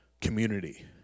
community